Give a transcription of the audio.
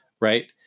right